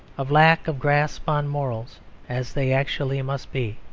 of lack of grasp on morals as they actually must be,